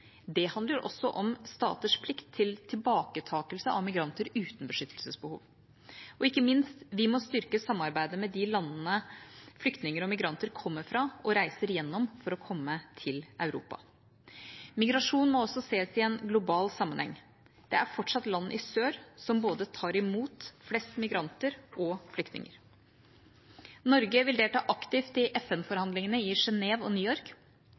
Dette handler også om staters plikt til tilbaketakelse av migranter uten beskyttelsesbehov. Og ikke minst: Vi må styrke samarbeidet med de landene flyktninger og migranter kommer fra og reiser gjennom for å komme til Europa. Migrasjon må også ses i en global sammenheng. Det er fortsatt land i sør som tar imot både flest migranter og flest flyktninger. Norge vil delta aktivt i FN-forhandlingene i Genève og